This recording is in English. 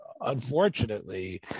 unfortunately